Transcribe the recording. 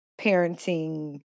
parenting